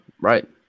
Right